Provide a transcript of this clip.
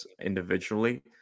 individually